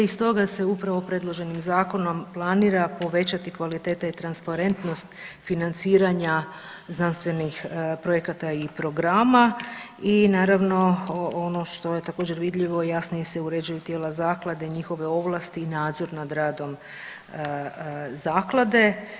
I stoga se upravo predloženim zakonom planira povećati kvaliteta i transparentnost financiranja znanstvenih projekata i programa i naravno ono što je također vidljivo jasnije se uređuju tijela zaklade i njihove ovlasti i nadzor nad radom zaklade.